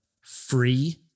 free